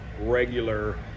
regular